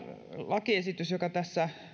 lakiesitys joka tässä